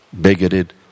bigoted